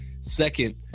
Second